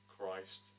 Christ